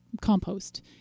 compost